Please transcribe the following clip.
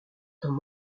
temps